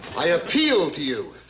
i appeal to you.